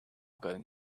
going